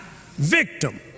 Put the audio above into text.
victim